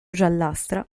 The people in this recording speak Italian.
giallastra